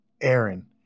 Aaron